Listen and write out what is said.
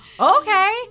okay